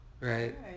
Right